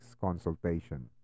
consultation